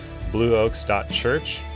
blueoaks.church